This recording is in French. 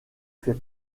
fait